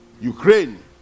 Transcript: Ukraine